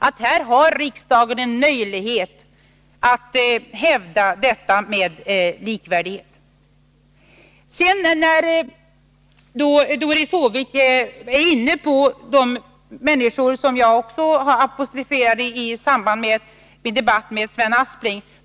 Riksdagen har här en möjlighet att hävda likvärdigheten. Doris Håvik berörde också de människor med tunga arbeten som jag apostroferade i samband med min debatt med Sven Aspling.